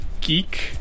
geek